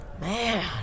man